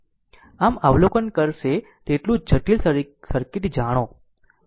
આમ અવલોકન કરશે તેટલું જટિલ સર્કિટ જાણો